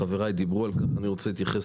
חברי דיברו על כך ואני רוצה להתייחס